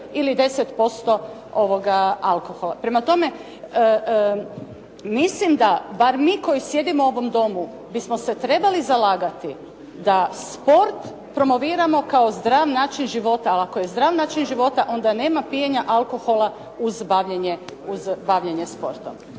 ili 10% alkohola. Prema tome, mislim da mi koji sjedimo u ovom domu bismo se trebali zalagati da sport promoviramo kao zdrav način života, ali ako je zdrav način života onda nema pijenja alkohola uz bavljenje sportom.